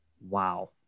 wow